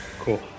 Cool